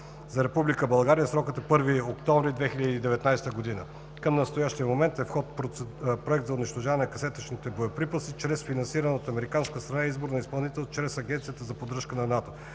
България срокът е 1 октомври 2019 г. Към настоящия момент е в ход проект за унищожаване на касетъчните боеприпаси на Българската армия чрез финансиране от американска страна и избор на изпълнител чрез Агенцията за поддръжка на НАТО.